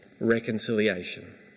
reconciliation